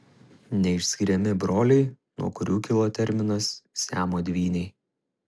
neišskiriami broliai nuo kurių kilo terminas siamo dvyniai